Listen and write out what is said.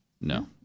No